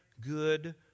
good